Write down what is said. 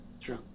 True